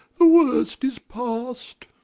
the worst is past.